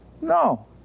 No